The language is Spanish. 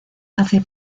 hace